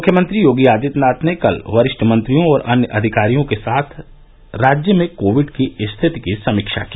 मुख्यमंत्री योगी आदित्यनाथ ने कल वरिष्ठ मंत्रियों और अन्य अधिकारियों के साथ राज्य में कोविड की स्थिति की समीक्षा की